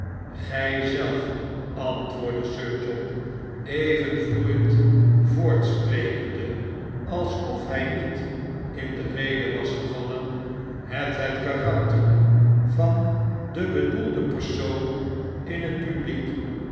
zelf antwoordde sir john even vloeiend voortsprekende alsof hij niet in de rede was gevallen hebt het karakter van den bedoelden persoon in het publiek